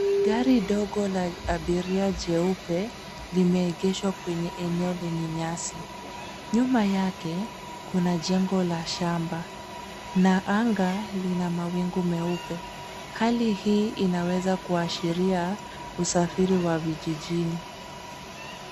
Gari dogo la abiria jeupe limeegeshwa kwenye eneo lenye nyasi. Nyuma yake kuna jengo la shamba na anga lina mawingu meupe. Hali hii inaweza kuashiria usafiri wa vijijini.